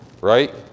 Right